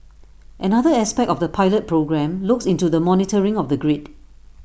another aspect of the pilot programme looks into the monitoring of the grid